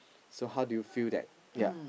so how do you feel that ya